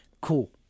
Cool